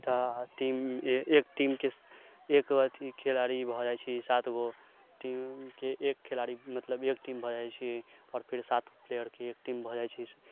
टा टीम एक टीम के एक अथी खेलाड़ी भऽ जाइ छै सातगो टीम के एक खेलाड़ी मतलब एक टीम भऽ जाइ छै आओर फेर सात प्लेयर के एक टीम भऽ जाइ छै